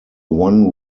one